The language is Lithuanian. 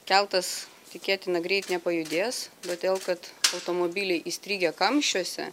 keltas tikėtina greit nepajudės todėl kad automobiliai įstrigę kamščiuose